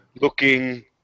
looking